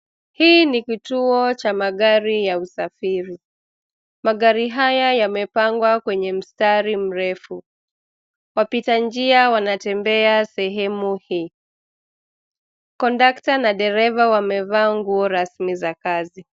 Hii ni kituo cha magari ya usafiri. Magari haya yamepangwa kwenye mstari mrefu. Wapita njia wanatembea sehemu hii. Kondukta na dereva wamevaa nguo rasmi za kazi.